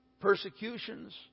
Persecutions